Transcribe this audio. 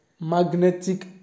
magnetic